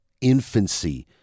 infancy